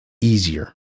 easier